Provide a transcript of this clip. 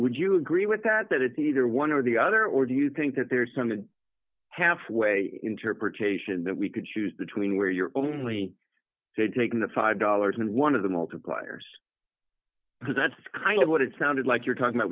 would you agree with that that it's either one or the other or do you think that there's something half way interpretation that we could choose between where you're only taking the five dollars and one dollar of the multipliers because that's kind of what it sounded like you're talking about